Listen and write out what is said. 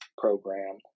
program